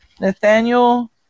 Nathaniel